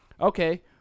okay